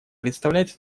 представляется